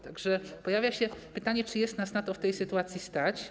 Tak że pojawia się pytanie, czy nas na to w tej sytuacji stać.